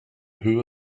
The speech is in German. höhe